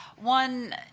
One